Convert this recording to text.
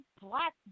black